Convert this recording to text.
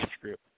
group